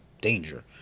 danger